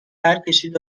پرکشید